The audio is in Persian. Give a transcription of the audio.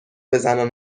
بزنن